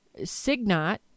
SIGNOT